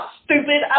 stupid